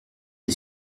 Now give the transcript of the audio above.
est